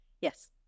Yes